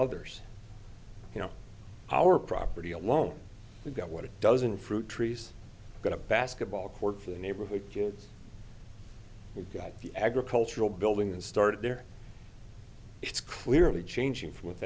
others you know our property alone we've got what it doesn't fruit trees but a basketball court for the neighborhood kids who got the agricultural building and started there it's clearly changing